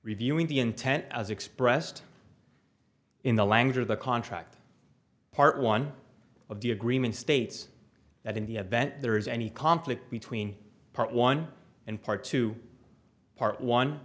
reviewing the intent as expressed in the language of the contract part one of the agreement states that in the advent there is any conflict between part one and part two part one